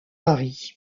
mari